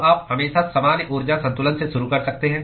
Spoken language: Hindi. तो आप हमेशा सामान्य ऊर्जा संतुलन से शुरू कर सकते हैं